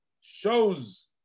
shows